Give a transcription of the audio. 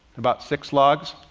about six logs.